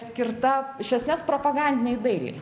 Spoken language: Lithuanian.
skirta iš esmės propagandinei dailei